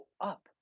up